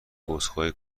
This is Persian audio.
عذرخواهی